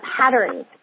patterns